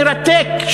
מרתק,